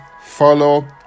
follow